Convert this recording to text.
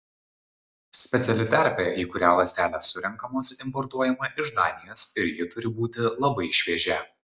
speciali terpė į kurią ląstelės surenkamos importuojama iš danijos ir ji turi būti labai šviežia